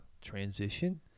transition